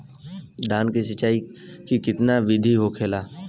धान की सिंचाई की कितना बिदी होखेला?